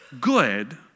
good